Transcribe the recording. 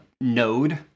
Node